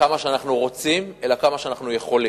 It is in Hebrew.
כמה שאנחנו רוצים אלא כמה שאנחנו יכולים.